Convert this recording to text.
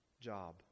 job